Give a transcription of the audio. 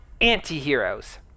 anti-heroes